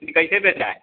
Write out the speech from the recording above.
कैसे बेचा है